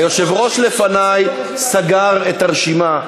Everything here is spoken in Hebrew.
היושב-ראש לפני סגר את הרשימה.